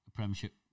Premiership